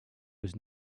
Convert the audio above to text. was